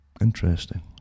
Interesting